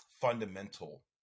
fundamental